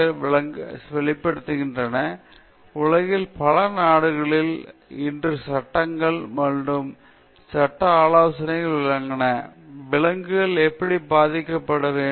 எனவே இந்த விஷயங்கள் விலங்கு நலச் செயல்பாட்டில் வெளிப்படுத்தப்படுகின்றன உலகில் பல நாடுகளில் இன்று சட்டங்கள் அல்லது சட்ட ஆலோசனைகள் உள்ளன விலங்குகள் எப்படி மதிக்கப்பட வேண்டும்